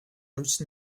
most